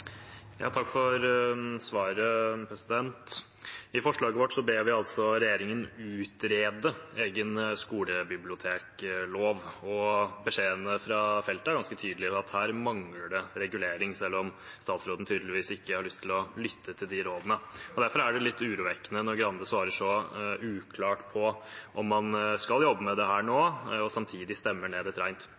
Takk for svaret. I forslaget vårt ber vi regjeringen om å utrede en egen skolebiblioteklov, og beskjedene fra feltet er ganske tydelige om at her mangler det regulering, selv om statsråden tydeligvis ikke har lyst til å lytte til de rådene. Derfor er det litt urovekkende når statsråd Skei Grande svarer så uklart på om man skal jobbe med dette nå, og samtidig stemmer ned